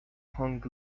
hung